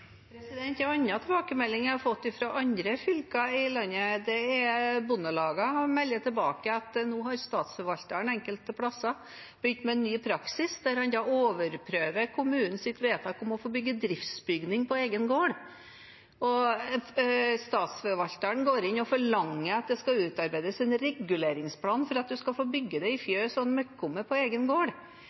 tilbakemelding jeg har fått fra andre fylker i landet, er at bondelagene melder tilbake at nå har statsforvalterne enkelte steder begynt med en ny praksis der de overprøver kommunens vedtak om å få bygge driftsbygning på egen gård. Statsforvalteren går inn og forlanger at det skal utarbeides en reguleringsplan for at man skal få bygge seg fjøs og gjødselkum på egen gård.